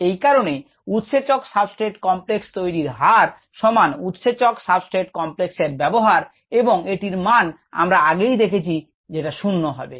এই কারণে উৎসেচক সাবস্ট্রেট কমপ্লেক্স তৈরি হার সমান উৎসেচক সাবস্ট্রেট কমপ্লেক্স এর ব্যবহার এবং এটির মান আমরা আগেই দেখেছি শূন্য হবে